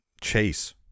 Chase